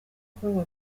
akorwa